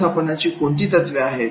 व्यवस्थापनाची कोणती तत्त्वें आहे